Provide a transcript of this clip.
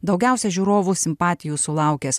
daugiausiai žiūrovų simpatijų sulaukęs